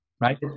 Right